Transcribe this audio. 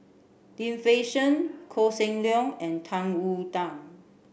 Lim Fei Shen Koh Seng Leong and Tang Wu Da